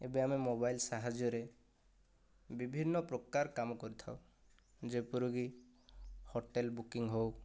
ଏବେ ଆମେ ମୋବାଇଲ ସାହାଯ୍ୟରେ ବିଭିନ୍ନ ପ୍ରକାର କାମ କରିଥାଉ ଯେପରିକି ହୋଟେଲ ବୁକିଂ ହେଉ